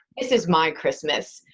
this is my christmas,